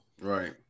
right